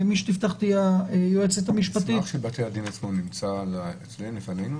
תפתח היועצת המשפטית --- המסמך של בתי הדין נמצא לפנינו?